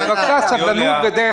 בבקשה סבלנות ודרך ארץ.